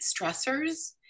stressors